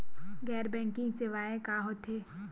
गैर बैंकिंग सेवाएं का होथे?